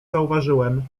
zauważyłem